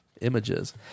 Images